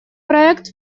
проект